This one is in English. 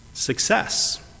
Success